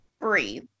Breathe